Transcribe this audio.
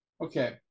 Okay